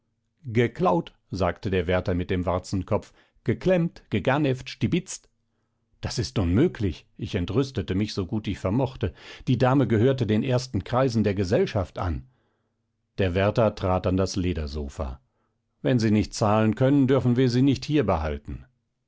geklaut sagte der wärter mit dem warzenkopf geklemmt geganefft stiebitzt das ist unmöglich ich entrüstete mich so gut ich vermochte die dame gehörte den ersten kreisen der gesellschaft an der wärter trat an das ledersofa wenn sie nicht zahlen können dürfen wir sie nicht hier behalten